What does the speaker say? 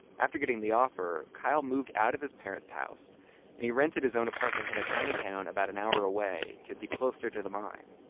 after getting the offer, kyle moved out of his parents' house and he rented his own apartment in a tiny town about an hour away to be closer to the mine.